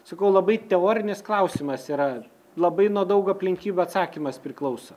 sakau labai teorinis klausimas yra labai nuo daug aplinkybių atsakymas priklauso